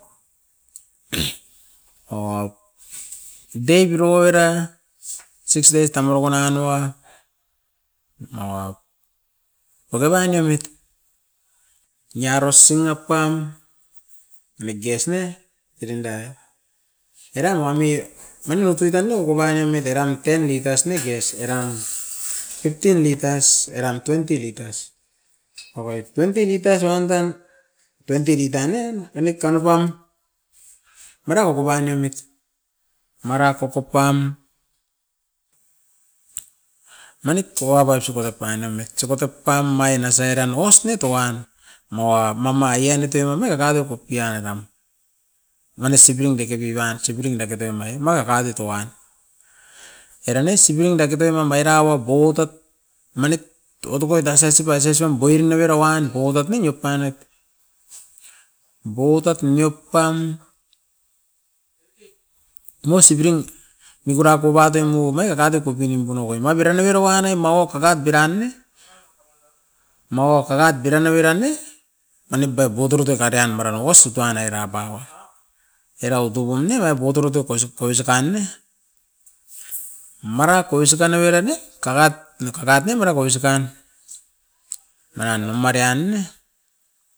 Day biroira, six days tamioko mawa oke painemit niaro sing apam, mi ges ne i din da. Eran wami mani nou tui tan ne okop ainemit eran ten liters ne ges eran, fifteen liters eran twenty liters. Oke twenty liters wan dan, twenty liter nen, oinit kano pan mara oko pai niomit. Mara koko pam, manit puka pa suka pan iomit, suka ta pam omain a sairan ois ne toan. Mawa mama ian na toi mami okain a top pian nam, mani isop pium dake pipai sepurum dake deo omai, omai o ka tutou wan. Eran oisup pium dake doi mambairop pou otot manit otokoi dasasi pai, sasi pam biranoverai uan paua tot nen opainit. Bou tot niok tan, mosipirin mikuna kou batoi moum e era top kopiniom panupai mapuaranauiro uan ne mawa kakat piran ne, mawa kakat piran na piran ne manip ai boutoroto karian mara mokosipai naira baua. Era o tupum ne apai botoro tu koiso koiso kain ne, mara koisokan a biran ne kakat, na kakat nim mara koisi okan. Maran, mama rian ne.